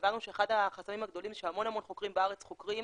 הבנו שאחד החסמים הגדולים הוא שהמון חוקרים בארץ חוקרים